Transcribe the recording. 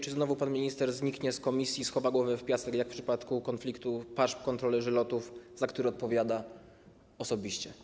Czy znowu pan minister zniknie z komisji, schowa głowę w piasek, tak jak w przypadku konfliktu PAŻP - kontrolerzy lotów, za który odpowiada osobiście?